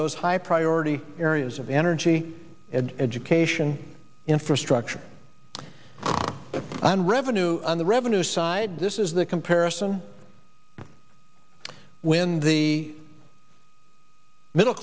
those high priority areas of energy and education for structure and revenue on the revenue side this is the comparison when the middle